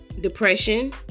depression